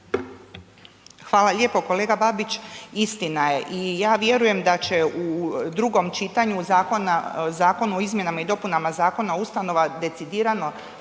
Hvala lijepo. Kolega Babić istina je i ja vjerujem da će u drugom čitanju zakona, Zakon o izmjenama i dopunama Zakona o ustanovama decidirano